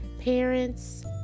parents